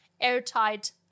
airtight